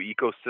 ecosystem